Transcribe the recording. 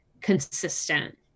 consistent